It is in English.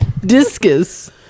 discus